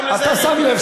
גם לזה אני אגיע.